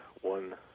one